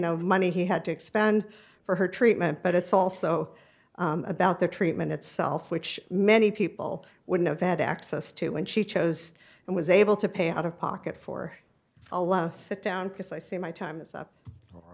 know money he had to expend for her treatment but it's also about the treatment itself which many people wouldn't have had access to when she chose and was able to pay out of pocket for a lot of sit down because i see my time's up